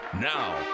Now